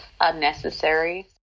unnecessary